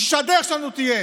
בשביל שהדרך שלנו תהיה.